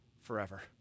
forever